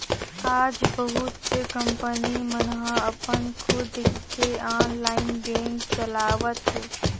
आज बहुत से कंपनी मन ह अपन खुद के ऑनलाईन बेंक चलावत हे